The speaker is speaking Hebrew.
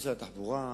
משרד התחבורה,